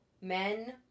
men